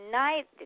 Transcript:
night